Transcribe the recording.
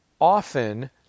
often